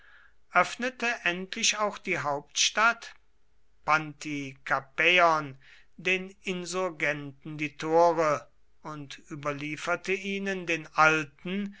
öffnete endlich auch die hauptstadt pantikapäon den insurgenten die tore und überlieferte ihnen den alten